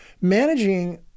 Managing